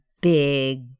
big